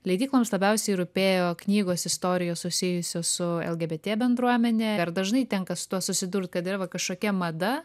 leidykloms labiausiai rūpėjo knygos istorijos susijusios su lgbt bendruomene ar dažnai tenka su tuo susidurt kad yra va kažkokia mada